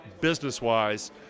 business-wise